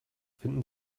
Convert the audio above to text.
finden